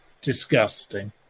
Disgusting